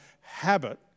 habit